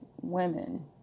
Women